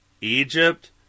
Egypt